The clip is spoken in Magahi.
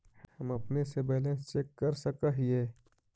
हम अपने से बैलेंस चेक कर सक हिए?